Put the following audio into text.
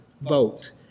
vote